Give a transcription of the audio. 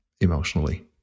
emotionally